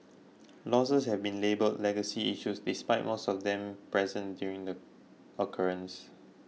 losses have been labelled legacy issues despite most of them present during the occurrence